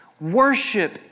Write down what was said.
Worship